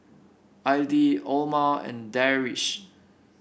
Aidil Omar and Deris